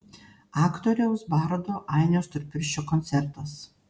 aktoriaus bardo ainio storpirščio koncertas